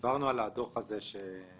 דיברנו על הדוח הזה מ-2016.